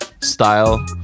style